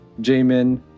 Jamin